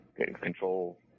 control